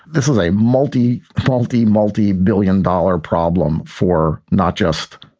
this is a multi, multi, multi-billion dollar problem for not just,